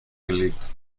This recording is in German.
gelegt